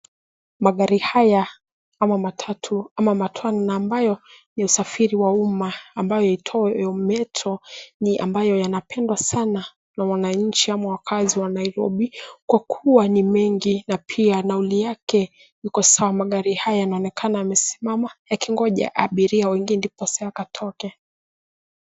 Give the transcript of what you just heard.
Magari haya ama matatu, ama matwana ambayo ni usafiri wa umma, ambayo iitwayo Metro, inapendwa sana na wananchi ama wakaazi wa Nairobi, kwa kuwa ni mengi, na pia nauli yake iko sawa. Magari haya yanaonekana yamesimama yakingoja abiria waingie ndiposa yakatoke.